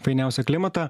fainiausią klimatą